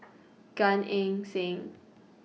Gan Eng Seng